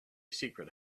secret